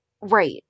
right